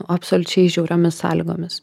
absoliučiai žiauriomis sąlygomis